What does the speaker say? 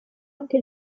anche